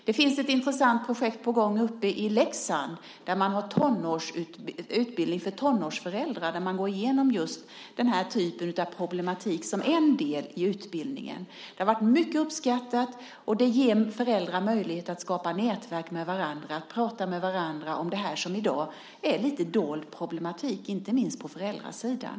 Det finns ett intressant projekt uppe i Leksand där man har utbildning för tonårsföräldrar. Där går man igenom just den här typen av problematik som en del i utbildningen. Det har varit mycket uppskattat och det ger föräldrar möjlighet att skapa nätverk med varandra och prata med varandra om det här som i dag är en problematik som är lite dold, inte minst på föräldrasidan.